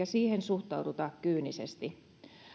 siihen suhtauduta kyynisesti